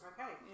Okay